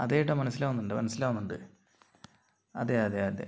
അതേ എട്ടാ മനസ്സിലാവുന്നുണ്ട് മനസ്സിലാവുന്നുണ്ട് അതെ അതെ അതെ